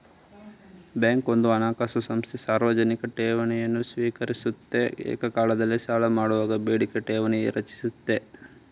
bank ಒಂದು ಹಣಕಾಸು ಸಂಸ್ಥೆ ಸಾರ್ವಜನಿಕ ಠೇವಣಿಯನ್ನು ಸ್ವೀಕರಿಸುತ್ತೆ ಏಕಕಾಲದಲ್ಲಿ ಸಾಲಮಾಡುವಾಗ ಬೇಡಿಕೆ ಠೇವಣಿ ರಚಿಸುತ್ತೆ